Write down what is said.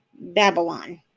Babylon